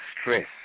stress